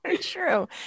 true